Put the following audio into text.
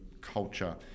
culture